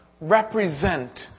represent